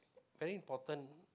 very important